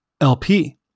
LP